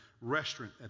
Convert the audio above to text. restaurant